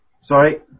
sorry